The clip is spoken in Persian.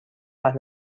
اهل